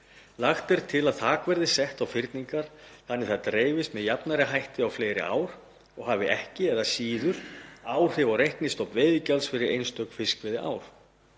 Lagt er til að þak verði sett á fyrningar þannig að þær dreifist með jafnari hætti á fleiri ár og hafi ekki eða síður áhrif á reiknistofn veiðigjalds fyrir einstök fiskveiðiár.